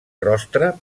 rostre